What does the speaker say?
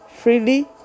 Freely